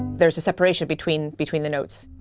there's a separation between between the notes.